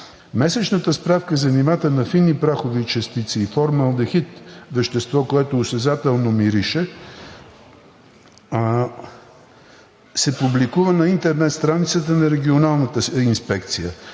Месечната справка за нивата на фини прахови частици и формалдехид – вещество, което осезателно мирише, се публикува на интернет страницата на Регионалната инспекция.